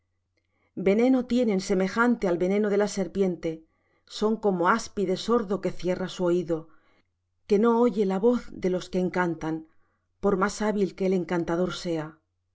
veneno tienen semejante al veneno de la serpiente son como áspide sordo que cierra su oído que no oye la voz de los que encantan por más hábil que el encantador sea